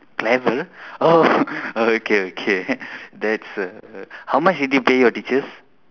clever oh okay okay that's err how much did you pay your teachers